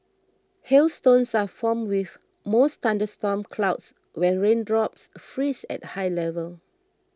hailstones are formed within most thunderstorm clouds when raindrops freeze at high levels